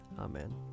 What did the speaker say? Amen